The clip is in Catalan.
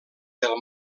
del